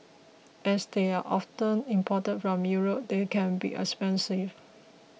as they are often imported from Europe they can be expensive